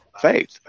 faith